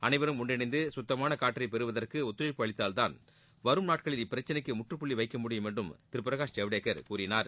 அனைவரும் ஒன்றிணைந்து சுத்தமான காற்றை பெறுவதற்கு ஒத்துழைப்பு அளித்தால்தான் வரும் நாட்களில் இப்பிரச்சனைக்கு முற்றுப்புள்ளி வைக்க முடியும் என்றும் திரு பிரகாஷ் ஜவ்டேகர் கூறினார்